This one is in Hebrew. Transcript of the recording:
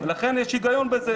ולכן יש היגיון בזה,